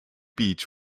beach